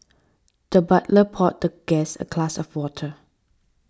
the butler poured the guest a class of water